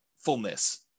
fullness